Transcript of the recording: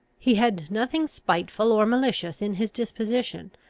he had nothing spiteful or malicious in his disposition,